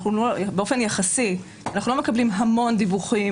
באופן יחסי אנחנו לא מקבלים המון דיווחים